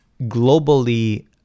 globally